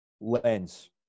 lens